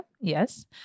Yes